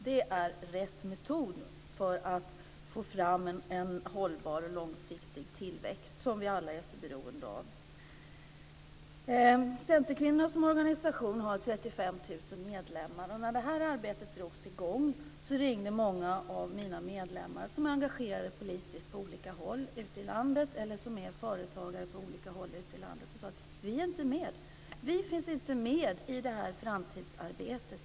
Det är rätt metod att få fram en hållbar och långsiktig tillväxt, som vi alla är så beroende av. Centerkvinnornas organisation har 35 000 medlemmar. När det här arbetet drogs i gång ringde många av mina medlemmar som är engagerade politiskt eller företagare på olika håll ute i landet och sade: Vi finns inte med i det här framtidsarbetet.